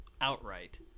outright